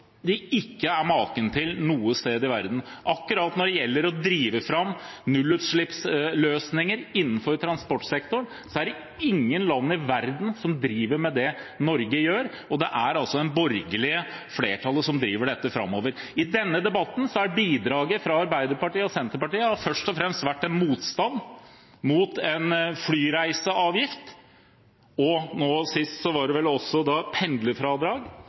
det ikke er maken til noe sted i verden. Akkurat når det gjelder å drive fram nullutslippsløsninger innenfor transportsektoren, er det ingen land i verden som driver med det Norge gjør, og det er altså det borgerlige flertallet som driver dette framover. I denne debatten har bidraget fra Arbeiderpartiet og Senterpartiet først og fremst vært motstand mot en flyreiseavgift, og nå sist var det vel også pendlerfradrag – altså de bidragene som er nettopp til et grønt skifte. Da